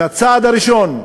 עם הצעד הראשון,